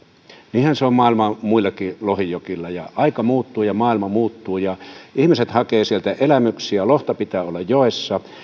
niinhän se on maailman muillakin lohijoilla aika muuttuu ja maailma muuttuu ihmiset hakevat sieltä elämyksiä lohta pitää olla joessa